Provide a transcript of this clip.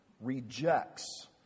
rejects